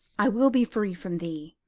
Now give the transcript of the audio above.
i will be free from thee.